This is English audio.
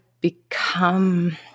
become